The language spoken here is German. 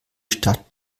stadt